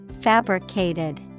Fabricated